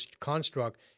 construct